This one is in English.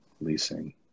leasing